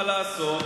מה לעשות,